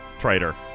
Traitor